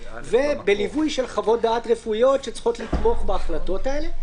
ובליווי של חוות דעת רפואיות שצריכות לתמוך בהחלטות האלה.